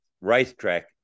racetrack